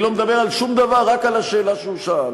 אני לא מדבר על שום דבר, רק על השאלה שהוא שאל.